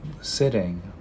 sitting